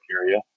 area